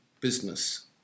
business